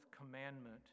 commandment